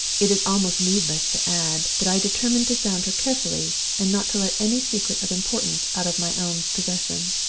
it is almost needless to add that i determined to sound her carefully, and not to let any secret of importance out of my own possession.